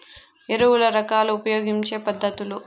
ఎరువుల రకాలు ఉపయోగించే పద్ధతులు?